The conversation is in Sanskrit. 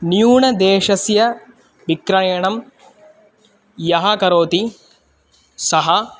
न्यूनदेशस्य विक्रयणं यः करोति सः